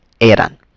eran